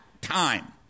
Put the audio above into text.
time